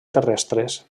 terrestres